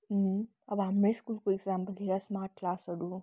अँ अब हाम्रै स्कुलको एक्जामपल हेर स्मार्ट क्लासहरू